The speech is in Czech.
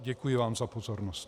Děkuji vám za pozornost.